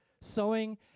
Sowing